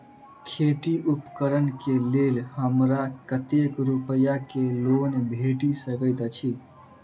खेती उपकरण केँ लेल हमरा कतेक रूपया केँ लोन भेटि सकैत अछि?